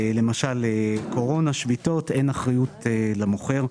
כמו קורונה, כמו שביתות, אין אחריות למוכר.